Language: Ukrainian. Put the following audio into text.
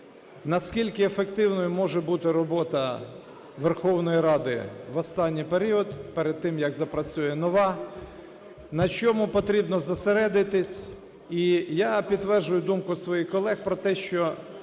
наскільки ефективною може бути робота Верховної Ради в останній період перед тим, як запрацює нова. На чому потрібно зосередитись. І я підтверджую думку своїх колег про те, що